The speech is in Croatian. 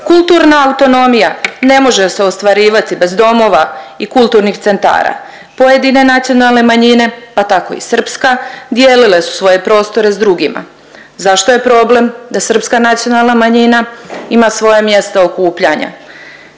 Kulturna autonomija ne može se ostvarivati bez domova i kulturnih centara. Pojedine nacionalne manjine pa tako i srpska dijelile su svoje prostore s drugima. Zašto je problem da srpska nacionalna manjina ima svoje mjesto okupljanja?